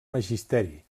magisteri